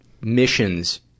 missions